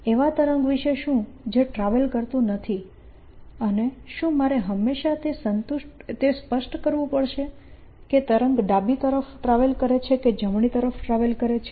એવા તરંગ વિશે શું જે ટ્રાવેલ કરતું નથી અને શું મારે હંમેશાં તે સ્પષ્ટ કરવું પડશે કે તરંગ ડાબી તરફ ટ્રાવેલ કરે છે કે જમણી તરફ ટ્રાવેલ કરે છે